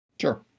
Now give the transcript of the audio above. Sure